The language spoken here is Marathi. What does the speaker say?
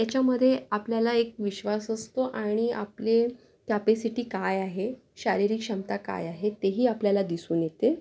याच्यामध्ये आपल्याला एक विश्वास असतो आणि आपले कॅपेसिटी काय आहे शारिरीक क्षमता काय आहे तेही आपल्याला दिसून येते